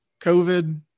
COVID